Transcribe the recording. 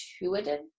intuitive